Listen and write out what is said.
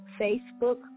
Facebook